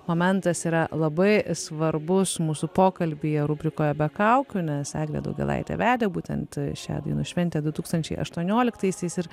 momentas yra labai svarbus mūsų pokalbyje rubrikoje be kaukių nes eglė daugėlaitė vedė būtent šią dainų šventę du tūkstančiai aštuonioliktaisiais ir